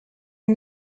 est